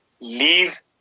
Leave